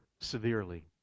severely